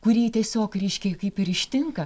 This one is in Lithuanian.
kurį tiesiog reiškia kaip ir ištinka